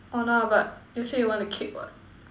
oh no lah but you say you want the cake what